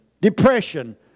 depression